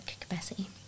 capacity